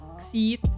seat